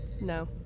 No